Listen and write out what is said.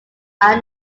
are